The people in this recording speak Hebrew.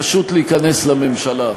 פשוט להיכנס לממשלה,